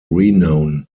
renown